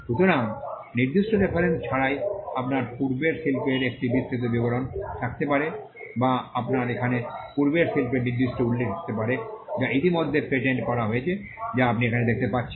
সুতরাং নির্দিষ্ট রেফারেন্স ছাড়াই আপনার পূর্বের শিল্পের একটি বিস্তৃত বিবরণ থাকতে পারে বা আপনার এখানে পূর্বের শিল্পের নির্দিষ্ট উল্লেখ থাকতে পারে যা ইতিমধ্যে পেটেন্ট করা হয়েছে যা আপনি এখানে দেখতে পাচ্ছেন